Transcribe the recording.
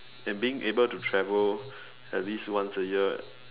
and being able to travel at least once a year